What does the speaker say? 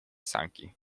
sanki